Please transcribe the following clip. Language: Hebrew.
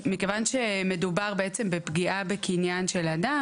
מכיוון שמדובר בעצם בפגיעה בקניין של אדם